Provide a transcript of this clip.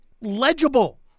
legible